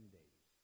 days